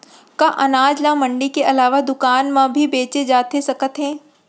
का अनाज ल मंडी के अलावा दुकान म भी बेचे जाथे सकत हे?